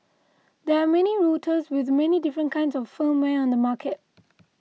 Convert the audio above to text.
there are many routers with many different kinds of firmware on the market